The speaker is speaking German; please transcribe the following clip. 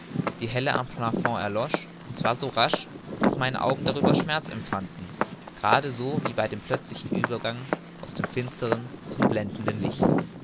die helle am plafond erlosch und zwar so rasch daß meine augen darüber schmerz empfanden gerade so wie bei plötzlichem uebergang aus dem finstern zum blendenden licht